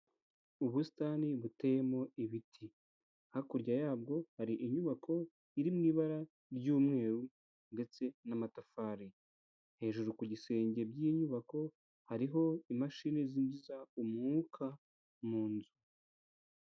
Ubusitani buteyemo ibiti hakurya yabwo hari inyubako iri mu ibara ry'umweru ndetse n'amatafari, hejuru ku gisenge by'iyi nyubako hariho imashini zinjiza umwuka mu nzu.